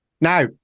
Now